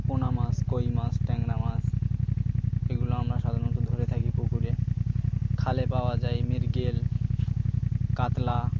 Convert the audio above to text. পোনা মাছ কই মাছ ট্যাংরা মাছ এগুলো আমরা সাধারণত ধরে থাকি পুকুরে খালে পাওয়া যায় মৃগেল কাতলা